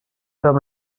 homme